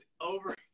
over